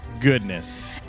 goodness